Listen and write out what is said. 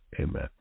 Amen